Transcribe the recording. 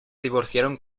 divorciaron